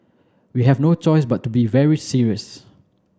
we have no choice but to be very serious